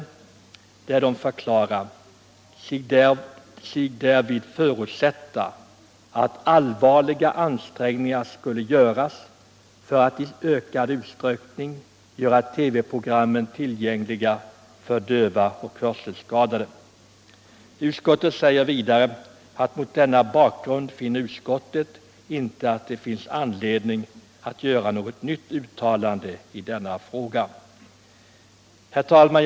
Utskottet hänvisar till att man i sitt betänkande nr 18 förklarade sig kunna ”förutsätta att allvarliga ansträngningar skulle göras för att i ökad utsträckning göra TV-programmen tillgängliga för döva och hörselskadade”. Utskottet säger vidare: ”Mot den bakgrunden finner utskottet inte att det finns anledning att göra något nytt uttalande i denna fråga.” Herr talman!